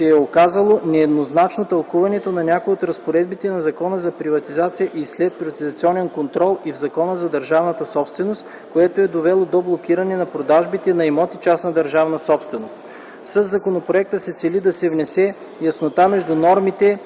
е оказало нееднозначно тълкуването на някои от разпоредбите в Закона за приватизация и следприватизационен контрол и в Закона за държавната собственост, което е довело до блокиране на продажбите на имоти – частна държавна собственост. Със законопроекта се цели да се внесе яснота между нормите